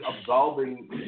absolving